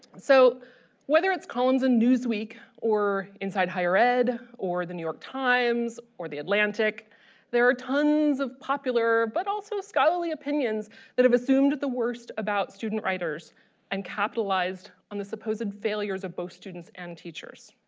so whether it's columns in newsweek or inside higher ed or the new york times or the atlantic there are tons of popular but also scholarly opinions that have assumed the worst about student writers and capitalized on the supposed failures of both students and teachers.